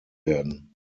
werden